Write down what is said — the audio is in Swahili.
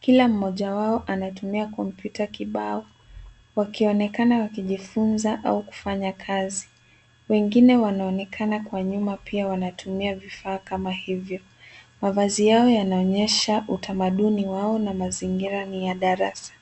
Kila mmoja wao anatumia kompyuta kibao, wakionekana wakijifunza au kufanya kazi. Wengine wanaonekana kwa nyuma pia wanatumia vifaa kama hivyo. Mavazi yao yanaonyesha utamaduni wao na mazingira ni ya darasa.